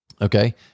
Okay